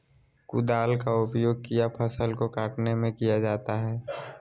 कुदाल का उपयोग किया फसल को कटने में किया जाता हैं?